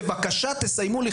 היום,